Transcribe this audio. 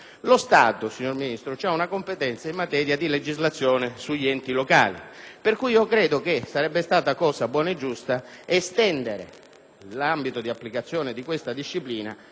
Lo Stato, signor Ministro, ha una competenza in materia di legislazione sugli enti locali, per cui credo sarebbe stata cosa buona e giusta estendere l'ambito di applicazione di questa disciplina